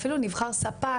אפילו נבחר ספק,